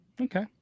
okay